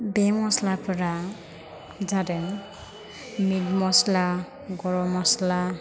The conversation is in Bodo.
बे मस्लाफोरा जादों मिट मस्ला गरम मस्ला